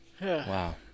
wow